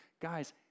Guys